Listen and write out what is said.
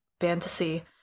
fantasy